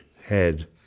head